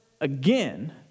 again